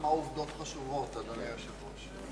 למה העובדות חשובות, אדוני היושב-ראש?